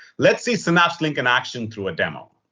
let's see synapse link in action through a demo.